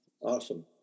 Awesome